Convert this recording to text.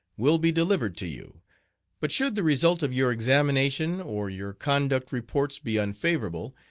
will be delivered to you but should the result of your examination, or your conduct reports be unfavorable,